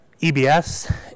ebs